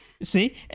See